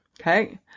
Okay